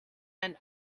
and